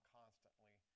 constantly